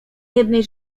jednej